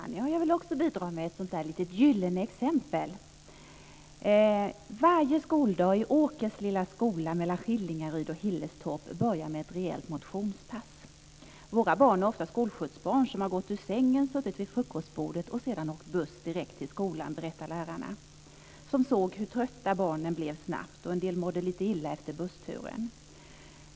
Fru talman! Jag vill också bidra med ett litet gyllene exempel. Varje skoldag i Åkers lilla skola mellan Skillingaryd och Hillerstorp börjar med ett rejält motionspass. Våra barn är ofta skolskjutsbarn som har gått ur sängen, suttit vid frukostbordet och sedan åkt buss direkt till skolan, berättar lärarna. De såg hur trötta barnen snabbt blev. En del mådde också lite illa efter bussturen.